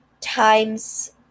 times